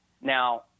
Now